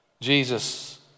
Jesus